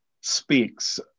speaks